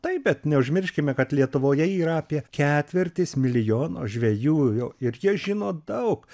taip bet neužmirškime kad lietuvoje yra apie ketvirtis milijono žvejų ir jie žino daug